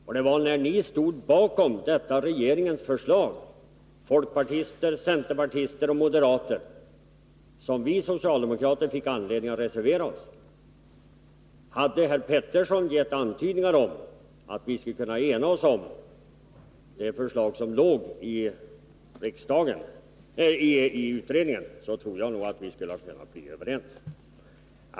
Det Hm var när ni folkpartister tillsammans med centerpartister och moderater ställde er bakom detta regeringsförslag som vi socialdemokrater fick anledning att reservera oss. Hade herr Petersson gett antydningar om att vi skulle ha kunnat ena oss om det förslag som förelåg i utredningen, tror jag att vi skulle ha kunnat bli överens.